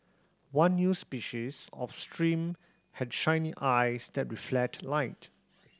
one new species of stream had shiny eyes that reflect light